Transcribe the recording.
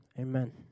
amen